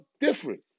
different